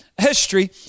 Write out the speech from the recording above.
History